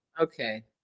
Okay